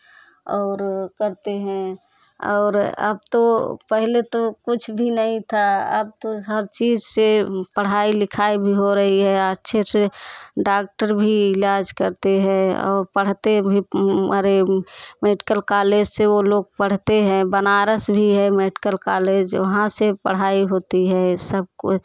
और करते हैं और अब तो पहले तो कुछ भी नहीं था अब तो हर चीज़ से पढ़ाई लिखाई भी हो रही है अच्छे से डॉक्टर भी इलाज करते हैं और पढ़ते भी अरे मेडिकल कॉलेज से वे लोग पढ़ते हैं बनारस भी है मेडिकल कॉलेज वहाँ से पढ़ाई होती है सबको